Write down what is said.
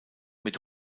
mit